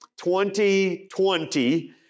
2020